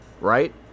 right